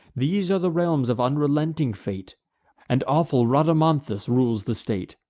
these are the realms of unrelenting fate and awful rhadamanthus rules the state.